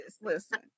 Listen